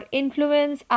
influence